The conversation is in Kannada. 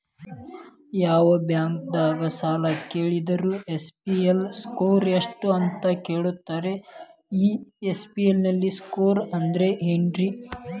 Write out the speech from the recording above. ಯಾವ ಬ್ಯಾಂಕ್ ದಾಗ ಸಾಲ ಕೇಳಿದರು ಸಿಬಿಲ್ ಸ್ಕೋರ್ ಎಷ್ಟು ಅಂತ ಕೇಳತಾರ, ಈ ಸಿಬಿಲ್ ಸ್ಕೋರ್ ಅಂದ್ರೆ ಏನ್ರಿ?